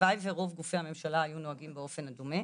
הלוואי ורוב גופי הממשלה היו נוהגים באופן דומה,